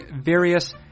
various